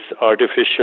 artificial